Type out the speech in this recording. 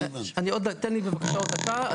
תן לי בבקשה עוד דקה,